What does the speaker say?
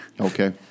Okay